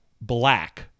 black